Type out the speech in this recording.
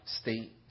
state